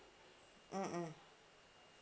mm mm